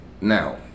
now